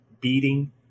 beating